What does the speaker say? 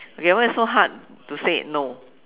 okay what is so hard to say no